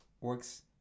works